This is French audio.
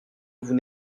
vous